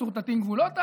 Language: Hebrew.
מסורטטים גבולות הארץ.